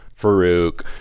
farouk